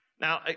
Now